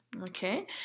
Okay